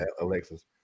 Alexis